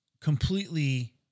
completely